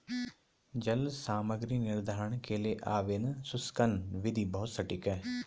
जल सामग्री निर्धारण के लिए ओवन शुष्कन विधि बहुत सटीक है